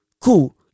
Cool